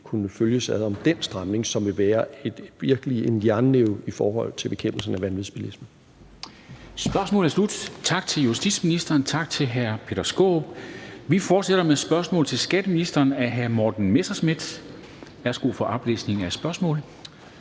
kunne følges ad om den stramning, som virkelig vil være en jernnæve i forhold til bekæmpelsen af vanvidsbilisme.